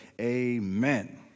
amen